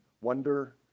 wonder